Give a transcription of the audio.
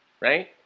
right